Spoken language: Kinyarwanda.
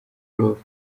groove